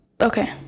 Okay